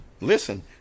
Listen